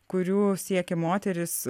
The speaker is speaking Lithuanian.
kurių siekia moterys